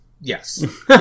Yes